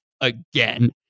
again